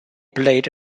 played